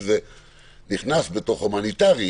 אמנם זה נכנס בתוך ההומניטרי.